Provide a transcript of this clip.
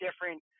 different